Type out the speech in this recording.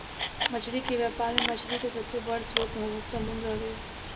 मछली के व्यापार में मछली के सबसे बड़ स्रोत समुंद्र हवे